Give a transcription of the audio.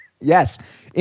yes